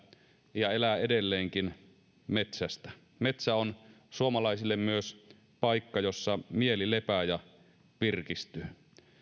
ja elää edelleenkin metsästä metsä on suomalaisille myös paikka jossa mieli lepää ja virkistyy